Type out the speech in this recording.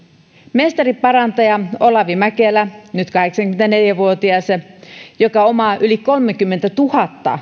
mestariparantaja olavi mäkelä nyt kahdeksankymmentäneljä vuotias joka omaa yli kolmenkymmenentuhannen